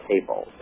table